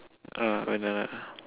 uh banana